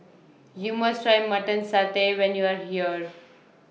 YOU must Try Mutton Satay when YOU Are here